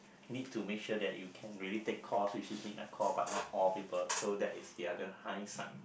need to make sure that you can really take call so is means like call but not call people so that is the other high side